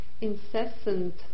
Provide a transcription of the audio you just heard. incessant